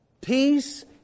Peace